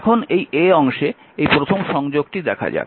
এখন এই অংশে এই প্রথম সংযোগটি দেখা যাক